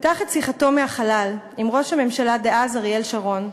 פתח את שיחתו מהחלל עם ראש הממשלה דאז אריאל שרון,